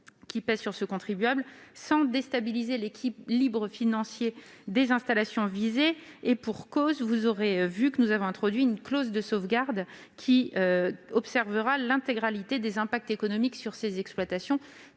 pèse sur le contribuable, sans déstabiliser l'équilibre financier des installations visées, et pour cause : vous constatez que nous avons introduit une clause de sauvegarde, qui permettra d'observer l'intégralité des impacts économiques sur ces exploitations,